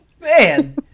man